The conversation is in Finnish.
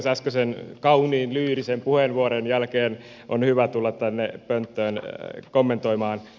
äskeisen kauniin lyyrisen puheenvuoron jälkeen on hyvä tulla tänne pönttöön kommentoimaan